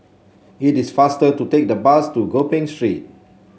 it is faster to take the bus to Gopeng Street